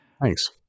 Thanks